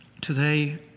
Today